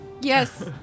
Yes